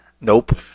Nope